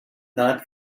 not